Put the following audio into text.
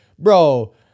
Bro